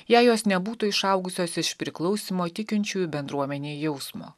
jei jos nebūtų išaugusios iš priklausymo tikinčiųjų bendruomenei jausmo